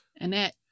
Annette